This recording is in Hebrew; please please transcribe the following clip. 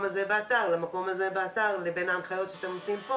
הזה באתר לבין ההנחיות שאנחנו נותנים,